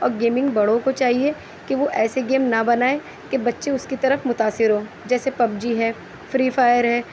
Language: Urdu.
اور گیمنگ بڑوں کو چاہیے کہ وہ ایسے گیم نہ بنائیں کہ بچے اُس کی طرف متاثر ہوں جیسے پب جی ہے فری فائر ہے